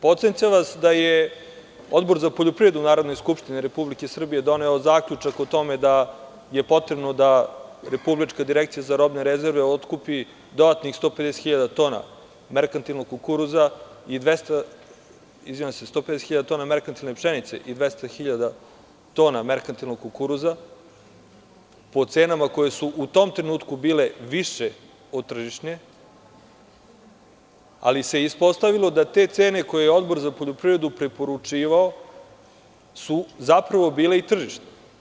Podsećam vas da je Odbor za poljoprivredu Narodne skupštine Republike Srbije doneo zaključak o tome da je potrebno da Republička direkcija za robne rezerve otkupi dodatnih 150.000 tona merkantilne pšenice i 200.000 tona merkantilnog kukuruza, po cenama koje su u tom trenutku bile više od tržišne, ali se ispostavilo da te cene, koje je Odbor za poljoprivredu preporučivao, su zapravo bile i tržišne.